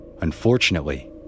Unfortunately